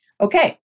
Okay